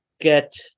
get